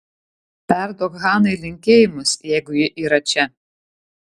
perduok hanai linkėjimus jeigu ji yra čia